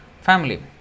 family